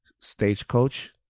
Stagecoach